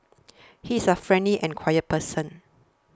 he is a friendly and quiet person